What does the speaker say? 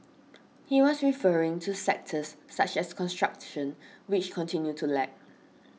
he was referring to sectors such as construction which continued to lag